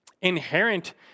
Inherent